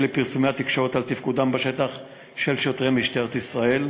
לפרסומי התקשורת על תפקודם בשטח של שוטרי משטרת ישראל,